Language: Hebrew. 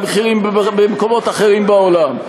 מהמחירים במקומות אחרים בעולם.